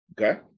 Okay